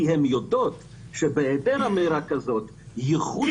כי הן יודעות שבהעדר אמירה כזאת הייחוס